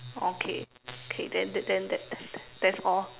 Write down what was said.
okay okay then that then that that's all